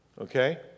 okay